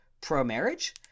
pro-marriage